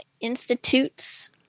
Institutes